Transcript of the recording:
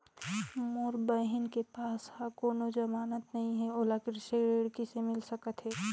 मोर बहिन के पास ह कोनो जमानत नहीं हे, ओला कृषि ऋण किसे मिल सकत हे?